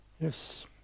Yes